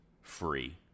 free